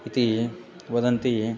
इति वदन्ति